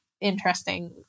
interesting